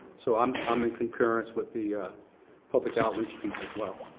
so i'm i'm in concurrence with the public outreach piece as well.